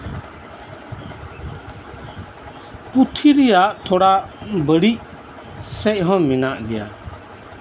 ᱯᱩᱛᱷᱤ ᱨᱮᱭᱟᱜ ᱛᱷᱚᱲᱟ ᱵᱟᱹᱲᱤᱡ ᱥᱮᱫ ᱦᱚᱸ ᱢᱮᱱᱟᱜ ᱜᱮᱭᱟ